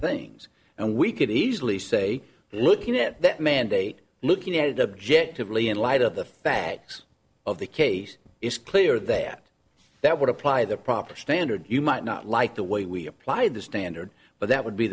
things and we could easily say look you know that mandate looking at it objectively in light of the facts of the case it's clear that that would apply the proper standard you might not like the way we apply the standard but that would be